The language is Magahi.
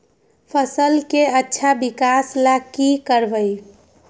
फसल के अच्छा विकास ला की करवाई?